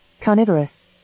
Carnivorous